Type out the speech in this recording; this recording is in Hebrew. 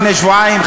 לפני שבועיים,